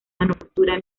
manufactura